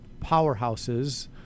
powerhouses